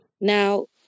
now